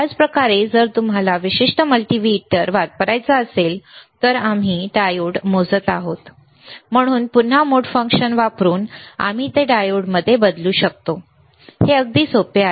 त्याच प्रकारे जर तुम्हाला हा विशिष्ट मल्टीमीटर वापरायचा असेल तर आम्ही डायोड मोजत आहोत म्हणून पुन्हा मोड फंक्शन वापरून आम्ही ते डायोडमध्ये बदलू शकतो अगदी सोपे आहे